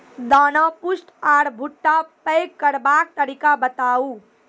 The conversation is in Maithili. दाना पुष्ट आर भूट्टा पैग करबाक तरीका बताऊ?